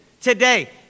today